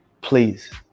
please